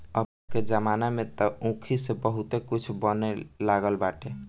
अबके जमाना में तअ ऊखी से बहुते कुछ बने लागल बाटे